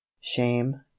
shame